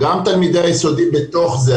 גם תלמידי היסודי בתוך זה,